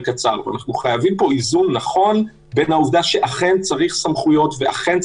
היום שמעתי בוועדה לזכויות הילד כי אחוז